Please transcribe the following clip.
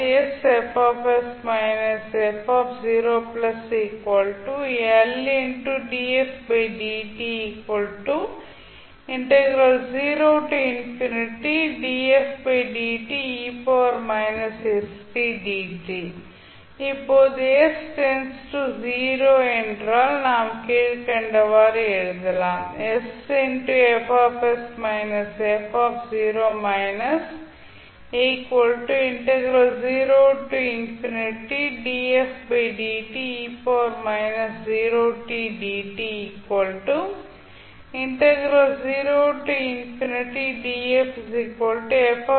இப்போது s → 0 என்றால் நாம் கீழ்கண்டவாறு எழுதலாம்